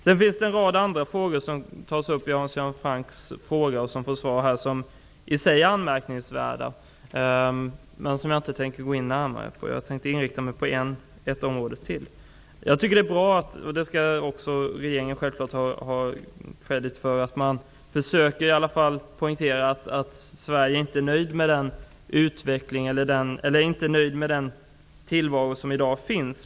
Det finns en rad andra frågor som Hans Göran Franck tog upp i svaret som är i sig anmärkningsvärda, men som jag inte tänker gå in närmare på. Jag tänkte inrikta mig på ett område till. Regeringen skall självklart hållas räkning för att man i alla fall försöker poängtera att Sverige inte är nöjd med situationen i dag.